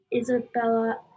Isabella